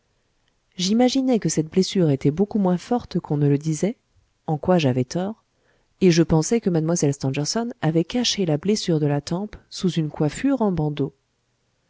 j'imaginai que cette blessure était beaucoup moins forte qu'on ne le disait en quoi j'avais tort et je pensai que mlle stangerson avait caché la blessure de la tempe sous une coiffure en bandeaux